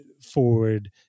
forward